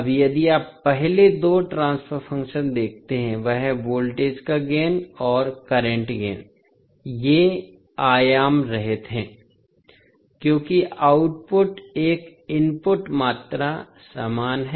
अब यदि आप पहले दो ट्रांसफर फंक्शन देखते हैं वह है वोल्टेज का गेन और करंट गेन ये आयाम रहित हैं क्योंकि आउटपुट एक इनपुट मात्रा समान हैं